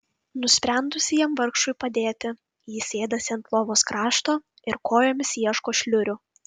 nusprendusi jam vargšui padėti ji sėdasi ant lovos krašto ir kojomis ieško šliurių